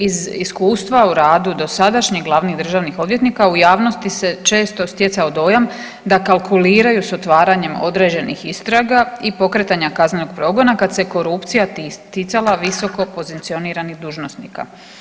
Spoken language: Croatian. Iz iskustva o radu dosadašnjih državnih odvjetnika u javnosti se često stjecao dojam da kalkuliraju s otvaranjem određenih istraga i pokretanja kaznenog progona kad se korupcija ticala visoko pozicioniranih dužnosnika.